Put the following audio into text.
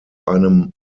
einem